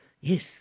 Yes